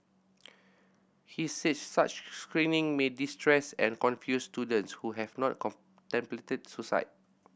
he said such screening may distress and confuse students who have not contemplated suicide